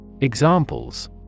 Examples